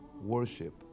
worship